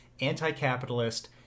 anti-capitalist